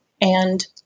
and-